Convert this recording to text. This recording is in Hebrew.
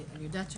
אני יודעת שכן,